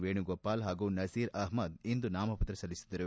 ವೇಣುಗೋಪಾಲ್ ಹಾಗೂ ನಜೀರ್ ಅಹಮದ್ ಇಂದು ನಾಮಪತ್ರ ಸಲ್ಲಿಸಿದರು